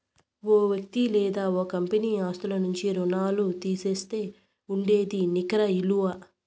ఓ వ్యక్తి లేదా ఓ కంపెనీ ఆస్తుల నుంచి రుణాల్లు తీసేస్తే ఉండేదే నికర ఇలువ